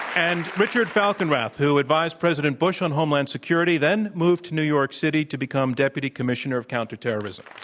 and richard falkenrath, who advised president bush on homeland security, then moved to new york city to become deputy commissioner of counterterrorism.